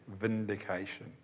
vindication